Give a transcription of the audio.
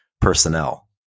personnel